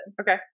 okay